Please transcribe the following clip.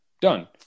done